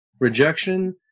rejection